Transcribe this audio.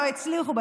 לא הצליחו,